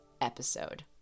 episode